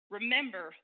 Remember